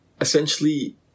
essentially